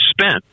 spent